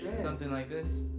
something like this.